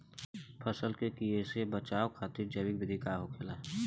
फसल के कियेसे बचाव खातिन जैविक विधि का होखेला?